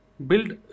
build